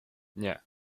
nie